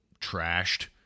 trashed